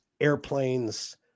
airplanes